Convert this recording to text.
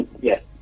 Yes